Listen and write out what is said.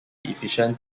efficient